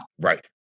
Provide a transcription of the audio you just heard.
Right